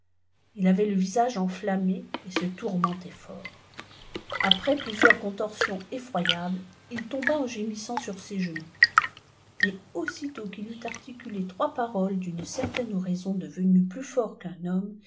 il avait le visage enflammé et se tqunqoientait fort après plusieurs contorsions effroyables il tomba e gjwsant sur ses genoux mais aussitôt qu'il eut articulé trois pafoes d'une certaine oraison devenu plus fort qu'un homme